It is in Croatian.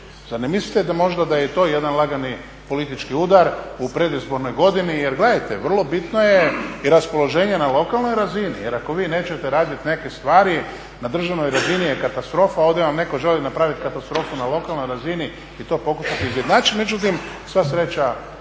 ne mislite da možda da je i to jedan lagani politički udar u predizbornoj godini, jer gledajte vrlo bitno je i raspoloženje na lokalnoj razini, jer ako vi nećete radit neke stvari na državnoj razini je katastrofa, ovdje vam neko želi napraviti katastrofu na lokalnoj razini i to pokušati izjednačiti. Međutim, sva sreća